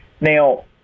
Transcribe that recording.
Now